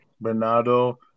Bernardo